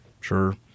sure